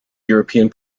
european